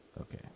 okay